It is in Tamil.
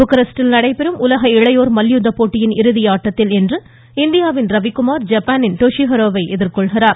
புக்காரெஸ்ட்டில் நடைபெறும் உலக இளையோர் மல்யுத்த போட்டியின் இறுதியாட்டத்தில் இன்று இந்தியாவின் ரவிகுமார் ஐப்பானின் டோஷி ஹாரோவை எதிர்கொள்கிறார்